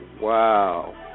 wow